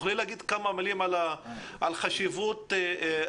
תוכלי לומר כמה מלים על חשיבות הרצף